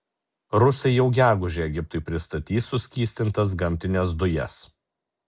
rusai jau gegužę egiptui pristatys suskystintas gamtines dujas